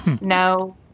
No